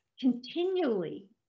Continually